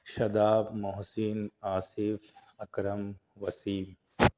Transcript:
Shadab Mohsin Asif Akram Wasim